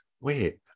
wait